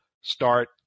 start